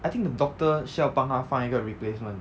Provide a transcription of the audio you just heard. I think the doctor 需要帮他放一个 replacement